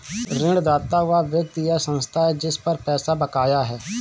ऋणदाता वह व्यक्ति या संस्था है जिस पर पैसा बकाया है